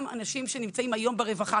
גם אנשים שנמצאים היום ברווחה,